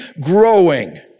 growing